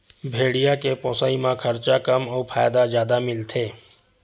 भेड़िया के पोसई म खरचा कम अउ फायदा जादा मिलथे